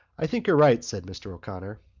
i think you're right, said mr. o'connor.